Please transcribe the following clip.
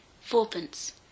fourpence